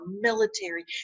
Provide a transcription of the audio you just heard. military